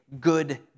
good